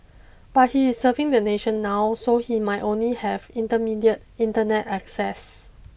but he is serving the nation now so he might only have intermediate internet access